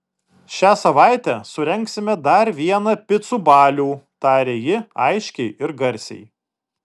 šią savaitę surengsime dar vieną picų balių tarė ji aiškiai ir garsiai